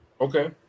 okay